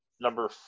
Number